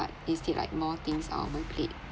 instead like more things are on my plate